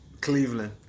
Cleveland